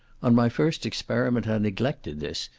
on my first experiment i neglected this,